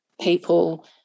people